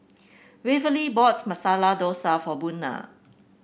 Waverly bought Masala Dosa for Buna